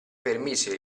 permise